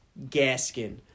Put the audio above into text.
Gaskin